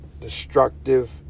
destructive